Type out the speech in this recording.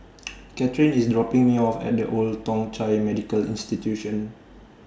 Kathyrn IS dropping Me off At The Old Thong Chai Medical Institution